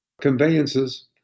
conveyances